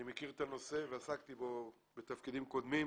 אני מכיר את הנושא ועסקתי בו בתפקידים קודמים.